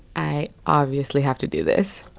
i obviously have to do this.